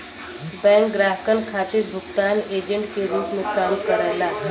bank ग्राहकन खातिर भुगतान एजेंट के रूप में काम करला